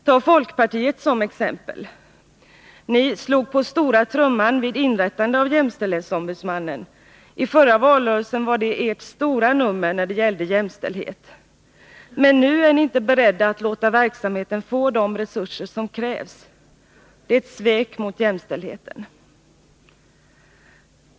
Ta folkpartiet t.ex. Ni slog på stora trumman vid inrättandet av jämställdhetsombudsmannen. I förra valrörelsen var detta ert stora nummer när det gällde jämställdheten. Men nu är ni inte beredda att låta verksamheten få de resurser som krävs. Det är ett svek mot jämställdheten.